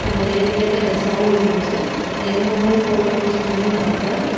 அந்த ரேட்டுக்கு ஏற்ற டிரெஸாகவும் இருந்துச்சு ரெண்டு மூணு டைம் போட்டு யூஸ் பண்ணியும் பாத்தேன்